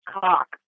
cock